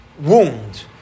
wound